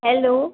hello